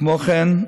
כמו כן,